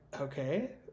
okay